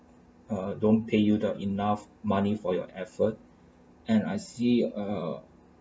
uh don't pay you the enough money for your effort and I see uh